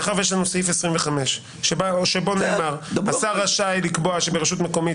מאחר שיש לנו סעיף 25 שבו נאמר: השר רשאי לקבוע שברשות מקומית